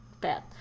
bad